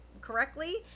correctly